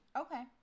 Okay